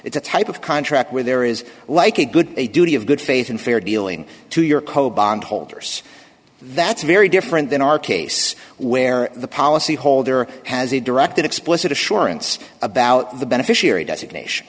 it's a type of contract where there is like a good a duty of good faith and fair dealing to your co bond holders that's very different than our case where the policy holder has a direct explicit assurance about the beneficiary designation